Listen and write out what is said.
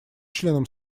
членам